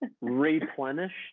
Replenished